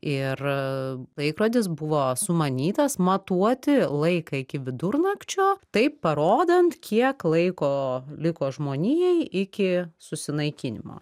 ir laikrodis buvo sumanytas matuoti laiką iki vidurnakčio taip parodant kiek laiko liko žmonijai iki susinaikinimo